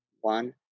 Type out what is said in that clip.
one